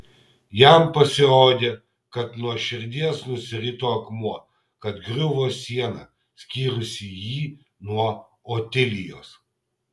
jam pasirodė kad nuo širdies nusirito akmuo kad griuvo siena skyrusi jį nuo otilijos